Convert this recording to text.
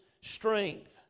strength